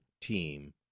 team